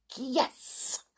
Yes